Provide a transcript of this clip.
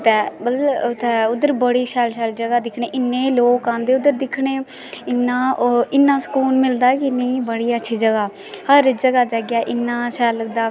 ते मतलब उद्धर बड़ी शैल शैल जगह दिक्खदे कन्नै इन्ने लोग आंदे उद्धर दिक्खनै ई ते इन्ना सुकून मिलदा की इन्नी अच्छी जगह ऐ हर जगह इन्ना शैल लगदा